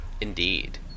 indeed